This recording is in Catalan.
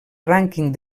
rànquing